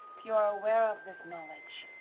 you are aware of this knowledge,